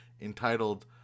entitled